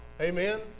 Amen